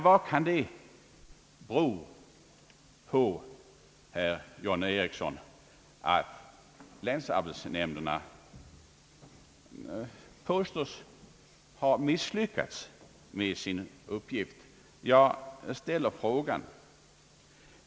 Vad kan det bero på, herr John Ericsson, att länsarbetsnämnderna kan påstås ha misslyckats med sin uppgift? Jag ställer frågan.